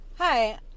Hi